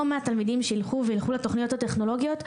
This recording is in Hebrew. מהתלמידים שילכו לתוכניות הטכנולוגיות,